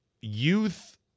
youth